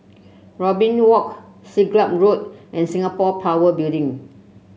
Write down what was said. Robin Walk Siglap Road and Singapore Power Building